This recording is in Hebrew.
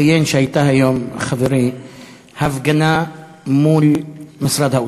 ציין שהייתה היום הפגנה מול משרד האוצר,